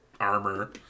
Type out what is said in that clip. armor